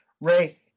Ray